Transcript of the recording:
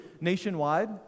nationwide